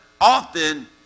often